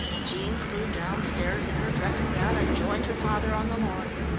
jean flew downstairs in her dressing-gown and joined her father on the lawn.